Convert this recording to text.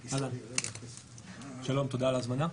אהלן, שלום ותודה על ההזמנה.